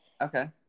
Okay